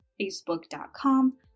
facebook.com